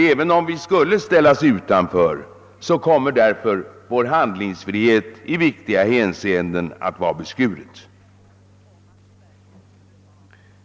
Även om vi skulle ställas utanför kommer därför vår handlingsfrihet i viktiga hänseenden att vara beskuren.